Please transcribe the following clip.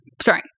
sorry